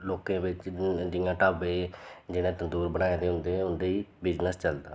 लोकें बिच्च जियां ढाबे जिनें तंदूर बनाए दे होंदे उंदे ही बिज़नस चलदा